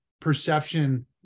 perception